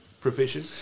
provision